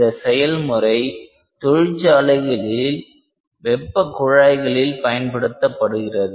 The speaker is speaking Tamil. இந்த செயல்முறை தொழிற்சாலைகளில் வெப்ப குழாய்களில் பயன்படுத்தப்படுகிறது